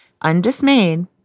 Undismayed